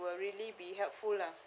really be helpful lah